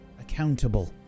accountable